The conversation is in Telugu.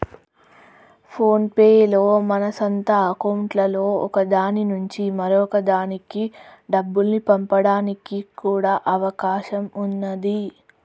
ఫోన్ పే లో మన సొంత అకౌంట్లలో ఒక దాని నుంచి మరొక దానికి డబ్బుల్ని పంపడానికి కూడా అవకాశం ఉన్నాది